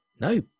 no